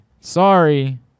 Sorry